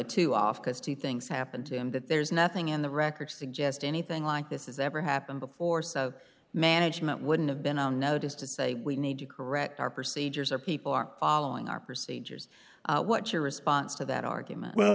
two off because two things happened to him that there's nothing in the record suggest anything like this is ever happened before so management wouldn't have been on notice to say we need to correct our procedures or people are following our procedures what's your response to that argument well